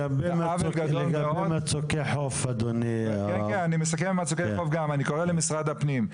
אני קורא למשרד הפנים,